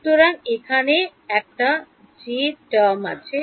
সুতরাং এখানে একটা term আছে